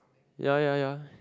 ya ya ya